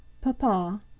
Papa